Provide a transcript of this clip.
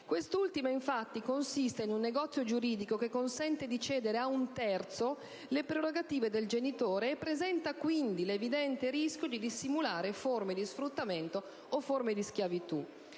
Quest'ultima, infatti, consiste in un negozio giuridico che consente di cedere a un terzo le prerogative del genitore e presenta quindi l'evidente rischio di dissimulare forme di sfruttamento e schiavitù.